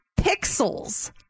pixels